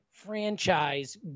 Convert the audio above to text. Franchise